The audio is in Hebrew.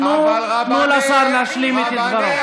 תנו לשר להשלים את דברו.